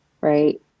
right